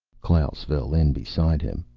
klaus fell in beside him.